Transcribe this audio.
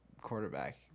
quarterback